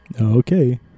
Okay